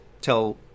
tell